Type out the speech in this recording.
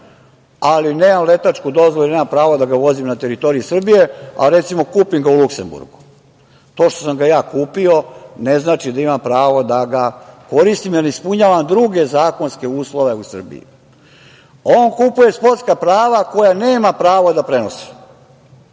ali nemam letačku dozvolu i nemam pravo da ga vozim na teritoriji Srbije, a recimo, kupim ga u Luksemburgu. To što sam ga ja kupio ne znači da imam pravo da ga koristim, jer ne ispunjavam druge zakonske uslove u Srbiji. On kupuje sportska prava koja nema pravo da prenosi.